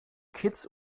kitts